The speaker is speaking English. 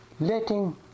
Letting